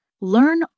Learn